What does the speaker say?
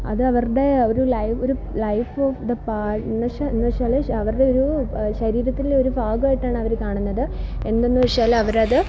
അത് അവരുടെ ഒരു ഒരു ലൈഫ് ഓഫ് ദ എന്ന്വശ്ശാ എന്ന് വച്ചാൽ അവരുടെ ഒരു ശരീരത്തിലെ ഒരു ഭാഗമായിട്ടാണ് അവർ കാണുന്നത് എന്തെന്ന് വച്ചാൽ അവർ അത്